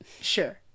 Sure